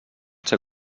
ser